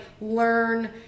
learn